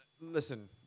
Listen